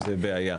בעיה.